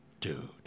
Dude